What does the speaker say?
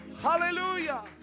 Hallelujah